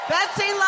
Betsy